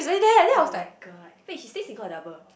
[oh]-my-god wait she stay single or double